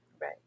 Right